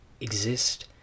exist